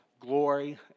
glory